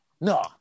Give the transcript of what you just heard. No